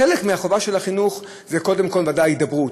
חלק מהחובה של החינוך זה קודם כול, ודאי, הידברות,